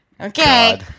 Okay